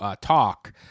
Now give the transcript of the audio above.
talk